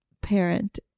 parent